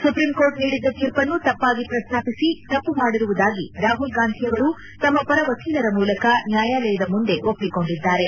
supreme court ನೀಡಿದ್ದ ತೀರ್ಪನ್ನು ತಪ್ಪಾಗಿ ಪ್ರಸ್ತಾಪಿಸಿ ತಪ್ಪು ಮಾಡಿರುವುದಾಗಿ ರಾಹುಲ್ ಗಾಂಧಿ ಅವರು ತಮ್ಮ ಪರ ವಕೀಲರ ಮೂಲಕ ನ್ಲಾಯಾಲಯ ಮುಂದೆ ಒಪ್ಪಿಕೊಂಡಿದ್ದಾರೆ